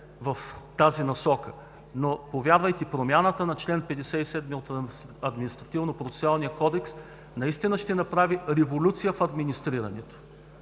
в тази насока. Повярвайте, промяната на чл. 57 от Административнопроцесуалния кодекс наистина ще направи революция в администрирането